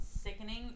sickening